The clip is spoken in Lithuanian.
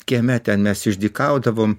kieme ten mes išdykaudavom